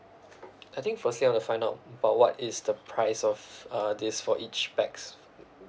I think for say I want to find out about what is the price of uh this for each pax